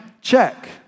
Check